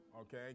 okay